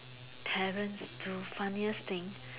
parents do funniest thing